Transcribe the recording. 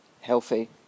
healthy